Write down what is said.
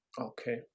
okay